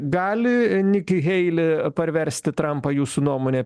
gali niki heili parversti trampą jūsų nuomone